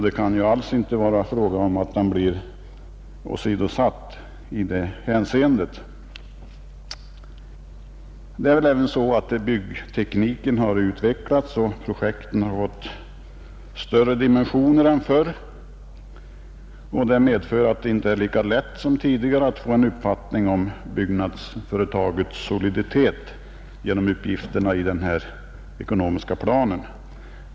Det kan alls inte vara så att han bli åsidosatt Byggtekniken har väl utvecklats. Projekten har fått större dimensioner än förr, och det medför att det inte är lika lätt som tidigare att få en uppfattning om byggnadsföretagets soliditet genom uppgifter i denna ekonomiska plan.